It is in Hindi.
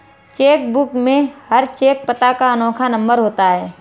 चेक बुक में हर चेक पता का अनोखा नंबर होता है